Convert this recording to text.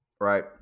right